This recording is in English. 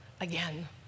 again